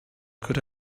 could